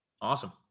awesome